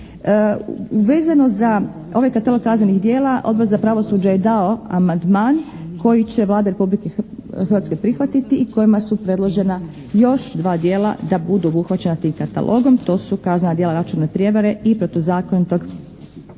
Vezano za ovaj katalog kaznenih djela Odbor za pravosuđe je dao amandman koji će Vlada Republike Hrvatske prihvatiti i kojima su predložena još dva djela da budu obuhvaćena tim katalogom. To su kaznena djela računalne prijevare i protuzakonitog posredovanja.